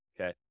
Okay